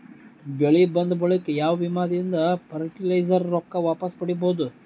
ಬೆಳಿ ಬಂದ ಬಳಿಕ ಯಾವ ವಿಮಾ ದಿಂದ ಫರಟಿಲೈಜರ ರೊಕ್ಕ ವಾಪಸ್ ಪಡಿಬಹುದು?